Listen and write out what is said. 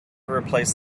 replace